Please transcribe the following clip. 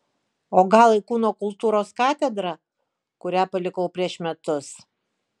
o gal į kūno kultūros katedrą kurią palikau prieš metus